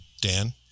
Dan